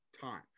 time